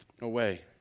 away